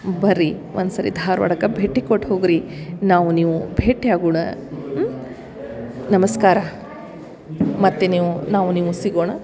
ಬರ್ರೀ ಒಂದು ಸರಿ ಧಾರವಾಡಕ್ಕ ಭೇಟಿ ಕೊಟ್ಟ್ ಹೋಗ್ರಿ ನಾವು ನೀವು ಭೇಟಿ ಆಗುಣ ಹ್ಞೂ ನಮಸ್ಕಾರ ಮತ್ತು ನೀವು ನಾವು ನೀವು ಸಿಗೋಣ